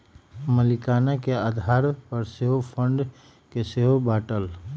मलीकाना के आधार पर सेहो फंड के सेहो बाटल